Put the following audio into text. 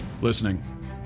listening